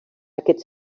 aquest